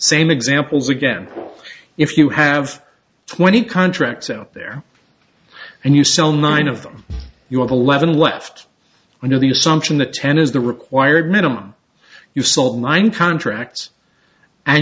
same examples again if you have twenty contracts out there and you sell nine of them you want eleven left under the assumption that ten is the required minimum you saw nine contracts and